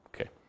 Okay